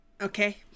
Okay